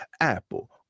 Apple